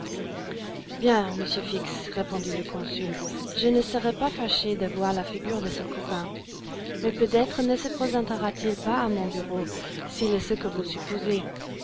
bien monsieur fix répondit le consul je ne serais pas fâché de voir la figure de ce coquin mais peut-être ne se présentera t il pas à mon bureau s'il est ce que vous supposez